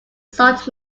salt